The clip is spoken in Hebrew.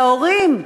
וההורים,